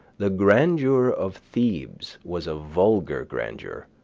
the grandeur of thebes was a vulgar grandeur.